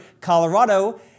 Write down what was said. Colorado